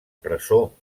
presó